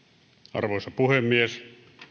arvoisa puhemies